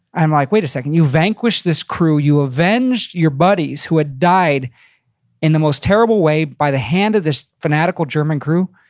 i'm like, wait a second. you vanquished this crew. you avenged your buddies, who had died in the most terrible way by the hand of this fanatical german crew.